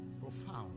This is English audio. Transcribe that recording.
Profound